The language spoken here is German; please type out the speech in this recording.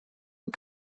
und